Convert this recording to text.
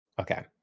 Okay